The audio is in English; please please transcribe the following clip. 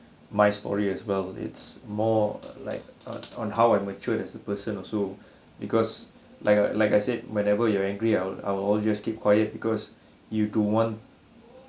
my story as well it's more like on on how I matured as a person also because like uh like I said whenever you angry I'll I'll all just keep quiet because you don't want to